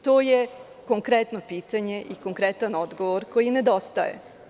To je konkretno pitanje i konkretan odgovor koji nedostaje.